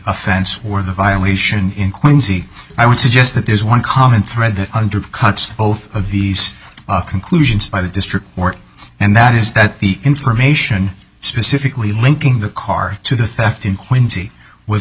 offense or the violation in quincy i would suggest that there is one common thread that cuts both of these conclusions by the district court and that is that the information specifically linking the car to the theft in quincy was